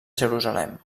jerusalem